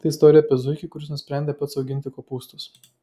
tai istorija apie zuikį kuris nusprendė pats auginti kopūstus